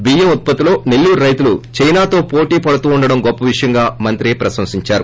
బియ్యం ఉత్పత్తిలో నెల్లూరు రైతులు చైనాతో వోటీపడుతుండటం గొప్ప విషయమని మంత్రి ప్రశంశించారు